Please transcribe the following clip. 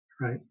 right